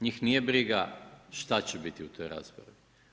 Njih nije briga šta će biti u toj raspravi.